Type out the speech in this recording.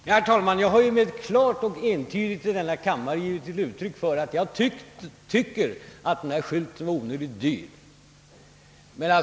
Herr talman! Jag har ju klart och entydigt i denna kammare givit uttryck för att jag tycker att denna skylt har blivit onödigt dyr.